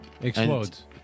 Explodes